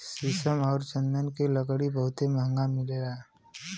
शीशम आउर चन्दन के लकड़ी बहुते महंगा मिलेला